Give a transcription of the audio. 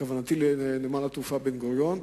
כוונתי לנמל התעופה בן-גוריון,